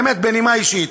באמת בנימה אישית